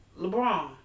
LeBron